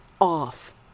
off